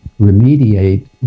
remediate